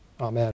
Amen